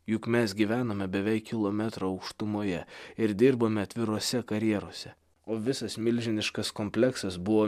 juk mes gyvenome beveik kilometro aukštumoje ir dirbome atviruose karjeruose o visas milžiniškas kompleksas buvo